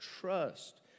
trust